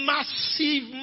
Massive